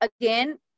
again